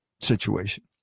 situation